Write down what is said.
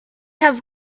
have